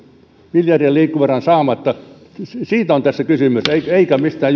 miljardien liikkumavaran saamatta siitä on tässä kysymys eikä mistään